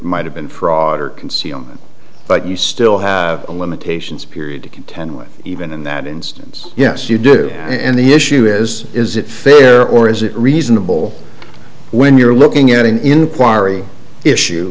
might have been fraud or concealment but you still have a limitations period to contend with even in that instance yes you do and the issue is is it fair or is it reasonable when you're looking at an inquiry issue